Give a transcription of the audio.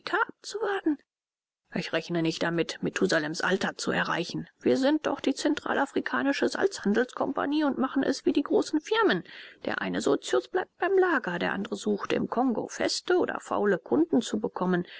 ich rechne nicht damit methusalems alter zu erreichen wir sind doch die zentralafrikanische salzhandelskompagnie und machen es wie die großen firmen der eine sozius bleibt beim lager der andre sucht im kongo feste oder faule kunden zu bekommen